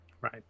Right